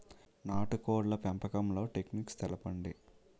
నాటుకోడ్ల పెంపకంలో టెక్నిక్స్ తెలుపండి?